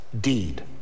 Deed